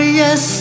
yes